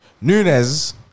Nunez